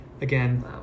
again